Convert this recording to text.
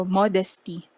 modesty